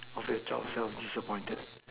of the child self disappointed